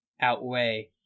outweigh